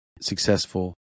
successful